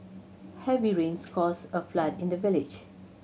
heavy rains caused a flood in the village